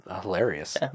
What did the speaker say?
hilarious